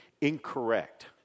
incorrect